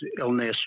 illness